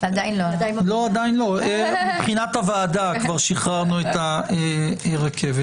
עדיין לא, מבחינת הוועדה כבר שחררנו את הרכבת.